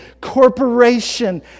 corporation